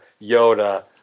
Yoda